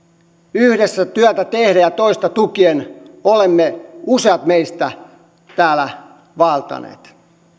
yhdessä työtä tehden ja toista tukien useat meistä ovat täällä vaeltaneet